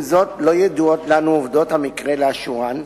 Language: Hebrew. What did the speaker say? עם זאת, לא ידועות לנו עובדות המקרה לאשורן,